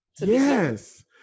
yes